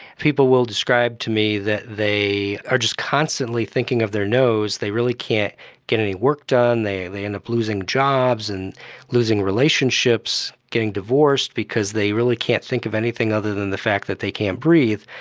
people will describe to me that they are just constantly thinking of their nose, they really can't get any work done, they they end up losing jobs and losing relationships, getting divorced because they really can't think of anything other than the fact that they can't breathe.